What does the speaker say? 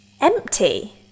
empty